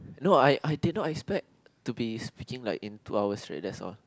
no I I did not expect to be speaking like in two hour straight that's all